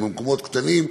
במקומות קטנים,